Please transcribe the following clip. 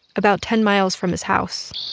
about ten miles from his house